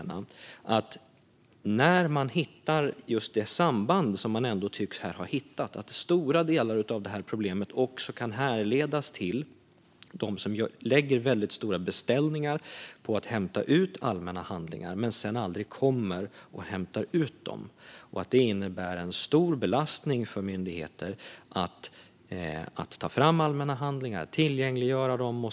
När man hittar just det samband som man ändå här tycks ha hittat, att stora delar av detta problem också kan härledas till dem som gör mycket stora beställningar av allmänna handlingar som ska hämtas ut men som sedan aldrig kommer och hämtar ut dem, menar jag att det innebär en stor belastning för myndigheter att ta fram allmänna handlingar och att tillgängliggöra dem.